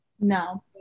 No